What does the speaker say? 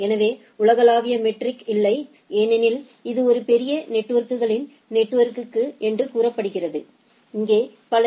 எனவே உலகளாவிய மெட்ரிக் இல்லை ஏனெனில் இது ஒரு பெரிய நெட்வொர்க்குகளின் நெட்வொர்க்கு என்று கூறப்படுகிறது இங்கே பல ஏ